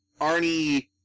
...Arnie